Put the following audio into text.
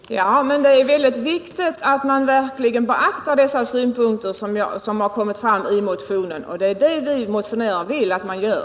Herr talman! Ja, men det är mycket viktigt att man verkligen beaktar dessa synpunkter som har kommit fram i motionen, och det är det vi motionärer vill att man gör.